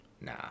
Nah